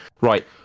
right